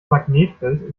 magnetfeld